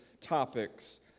topics